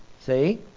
See